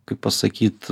kaip pasakyt